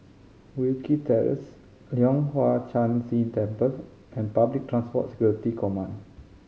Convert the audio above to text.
Wilkie Terrace Leong Hwa Chan Si Temple and Public Transport Security Command